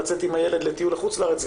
לצאת עם הילד לטיול לחוץ לארץ,